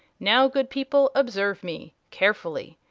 now, good people, observe me carefully.